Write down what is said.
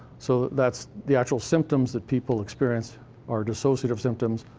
so that's the actual symptoms that people experience are dissociative symptoms.